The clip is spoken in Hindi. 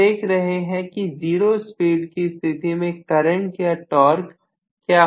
हम देख रहे हैं कि 0 स्पीड की स्थिति में करंट या टॉर्क क्या होती है